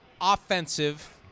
offensive